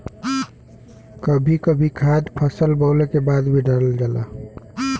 कभी कभी खाद फसल बोवले के बाद भी डालल जाला